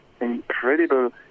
incredible